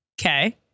Okay